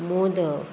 modak